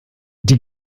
die